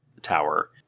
tower